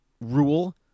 rule